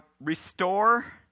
restore